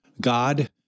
God